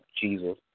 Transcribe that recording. Jesus